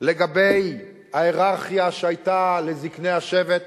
לגבי ההייררכיה שהיתה, וזקני השבט